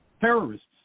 Terrorists